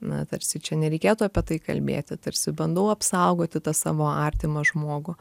na tarsi čia nereikėtų apie tai kalbėti tarsi bandau apsaugoti tą savo artimą žmogų